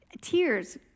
tears